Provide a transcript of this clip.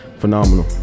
phenomenal